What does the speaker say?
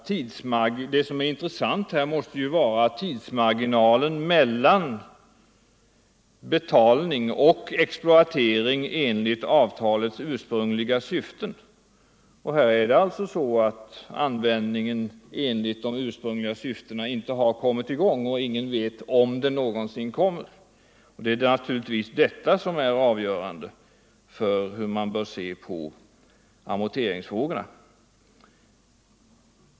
Men det som är intressant här måste ju vara tidsmarginalen mellan betalning och exploatering enligt avtalets ursprungliga syften. Men användningen enligt de ursprungliga syftena har inte kommit i gång, och ingen vet om den någonsin gör det. Det är naturligtvis detta som är avgörande för hur man bör se på amorteringsfrågorna.